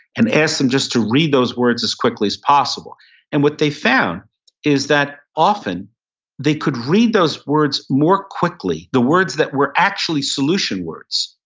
and ask them just to read those words as quickly as possible and what they found is that often they could read those words more quickly, the words that were actually solution words,